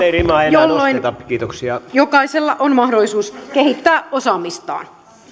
rimaa enää nosteta kiitoksia jolloin jokaisella on mahdollisuus kehittää osaamistaan